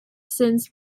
since